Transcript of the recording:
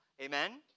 Amen